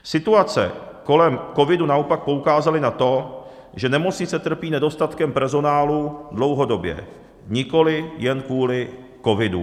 Situace kolem covidu naopak poukázaly na to, že nemocnice trpí nedostatkem personálu dlouhodobě, nikoliv jen kvůli covidu.